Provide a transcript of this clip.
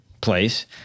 place